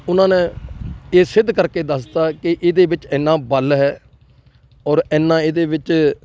ਉਹਨਾਂ ਨੇ ਇਹ ਸਿੱਧ ਕਰਕੇ ਦੱਸ ਦਿੱਤਾ ਕਿ ਇਹਦੇ ਵਿੱਚ ਇੰਨਾ ਬਲ ਹੈ ਔਰ ਇੰਨਾ ਇਹਦੇ ਵਿੱਚ